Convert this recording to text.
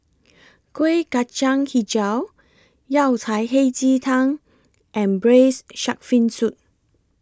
Kueh Kacang Hijau Yao Cai Hei Ji Tang and Braised Shark Fin Soup